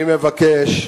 אני מבקש,